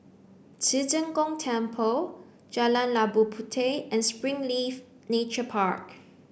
Ci Zheng Gong Temple Jalan Labu Puteh and Springleaf Nature Park